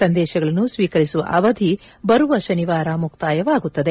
ಸಂದೇಶಗಳನ್ನು ಸ್ವೀಕರಿಸುವ ಅವಧಿ ಬರುವ ಶನಿವಾರದವರೆಗೆ ಮುಕ್ತವಾಗುತ್ತದೆ